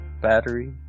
battery